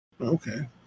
Okay